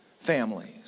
families